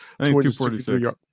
246